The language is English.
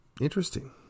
Interesting